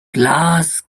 glass